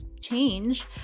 change